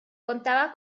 contaba